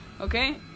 Okay